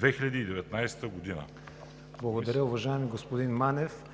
ВИГЕНИН: Благодаря, уважаеми господин Манев.